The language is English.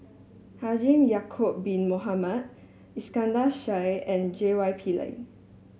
Haji Ya'acob Bin Mohamed Iskandar Shah and J Y Pillay